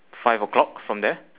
five O clock from there